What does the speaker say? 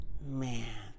Man